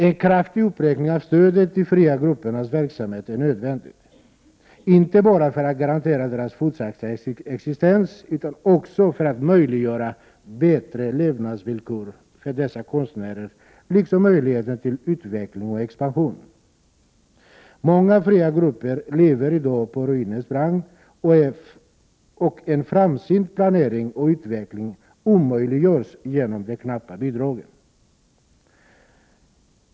En kraftig uppräkning av stödet till de fria gruppernas verksamhet är nödvändig, inte bara för att garantera deras fortsatta existens, utan också för att möjliggöra bättre levnadsvillkor för dessa konstnärer liksom möjlighet till utveckling och expansion. Många fria grupper lever i dag på ruinens brant, och en framsynt planering och utveckling omöjliggörs genom de knappa bidragen.